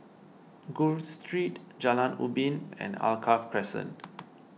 Gul Street Jalan Ubin and Alkaff Crescent